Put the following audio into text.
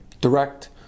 direct